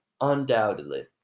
undoubtedly